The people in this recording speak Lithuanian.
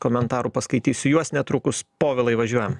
komentarų paskaitysiu juos netrukus povilai važiuojam